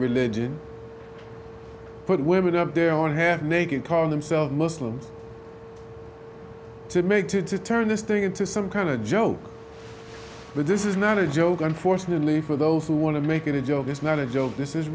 religion put women up there on half naked calling themselves muslims to make to turn this thing into some kind of joke but this is not a joke unfortunately for those who want to make it a joke it's not a joke this is